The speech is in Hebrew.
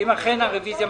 ונתחדשה בשעה 12:30.)